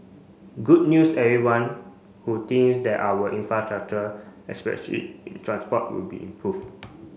good news everyone who thinks that our infrastructure especially in transport would be improved